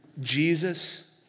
Jesus